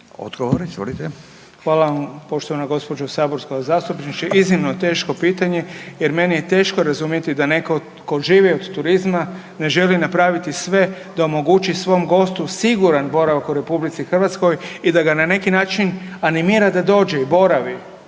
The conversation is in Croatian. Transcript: Vili (HDZ)** Hvala vam poštovana gospođo saborska zastupnice. Iznimno teško pitanje jer meni je teško razumjeti da netko tko živi od turizma ne želi napraviti sve da omogućiti svom gostu siguran boravak u Republici Hrvatskoj i da ga na neki način animira da dođe i boravi